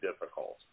difficult